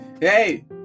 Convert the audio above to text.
Hey